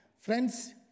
Friends